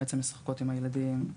בעצם משחקות עם הילדים,